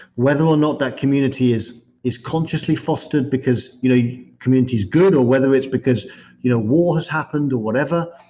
whether or not that community is is consciously fostered because you know yeah community's good, or whether it's because you know war has happened or whatever,